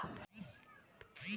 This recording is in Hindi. बीमा के क्या क्या लाभ हैं?